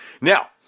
Now